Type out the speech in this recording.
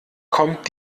kommt